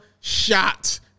shot